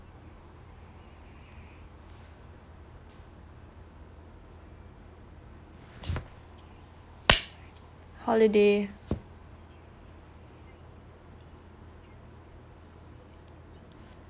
holiday